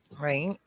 Right